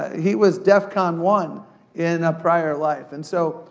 he was defcon one in a prior life. and so,